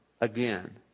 Again